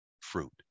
fruit